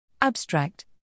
Abstract